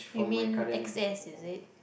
you mean x_s is it